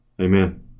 Amen